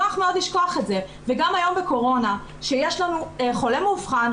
גם היום בקורונה כשיש לנו חולה מאובחן,